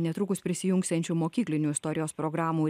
netrukus prisijungsiančių mokyklinių istorijos programų